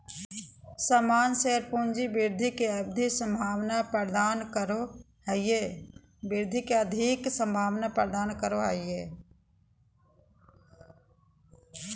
सामान्य शेयर पूँजी वृद्धि के अधिक संभावना प्रदान करो हय